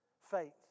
faith